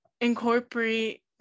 incorporate